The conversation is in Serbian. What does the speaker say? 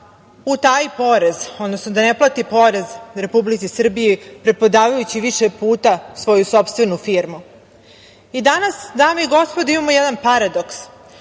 utaji porez, odnosno da ne plati porez Republici Srbiji preprodavajući više puta svoju sopstvenu firmu.I danas, dame i gospodo, imamo jedan paradoks,